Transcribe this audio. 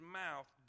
mouth